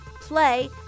play